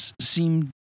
seem